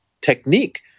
technique